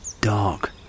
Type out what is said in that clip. dark